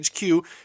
HQ